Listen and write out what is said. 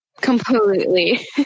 Completely